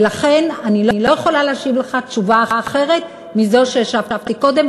ולכן אני לא יכולה להשיב לך תשובה אחרת מזו שהשבתי קודם,